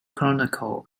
chronicle